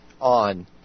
on